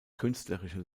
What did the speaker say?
künstlerische